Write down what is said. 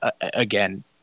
again